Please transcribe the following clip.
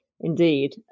indeed